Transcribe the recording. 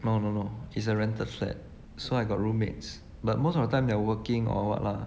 no no no it's a rented flat so I got roommates but most of the time they're working or what lah